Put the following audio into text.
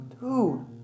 dude